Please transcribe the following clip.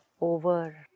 over